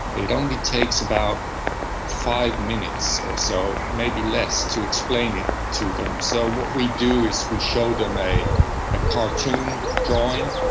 it only takes about five minutes or so, maybe less, to explain it to them. so what we do is we show them a cartoon drawing.